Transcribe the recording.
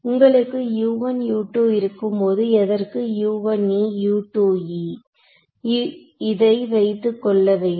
உங்களுக்கு இருக்கும்போது எதற்கு இதை வைத்துக்கொள்ள வேண்டும்